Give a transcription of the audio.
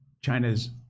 China's